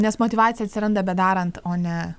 nes motyvacija atsiranda bedarant o ne